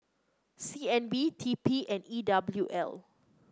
C N B T P and E W L